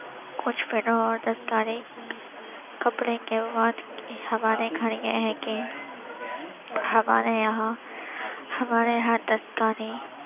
کچھ فنون دستکاری کپڑے کے ہمارے گھر یہ ہے کہ ہمارے یہاں ہمارے یہاں دستکاری